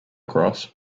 cross